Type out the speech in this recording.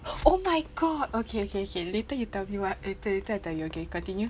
oh my god okay okay okay later you tell me what later later I tell you okay continue